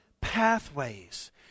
pathways